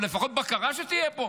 אבל לפחות בקרה שתהיה פה.